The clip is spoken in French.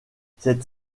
cette